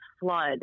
flood